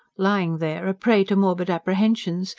lying there, a prey to morbid apprehensions,